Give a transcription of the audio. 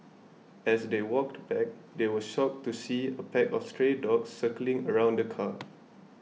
as they walked back they were shocked to see a pack of stray dogs circling around the car